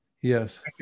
Yes